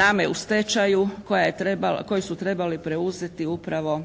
NAMA-e u stečaju koja je trebala, koju su trebali preuzeti upravo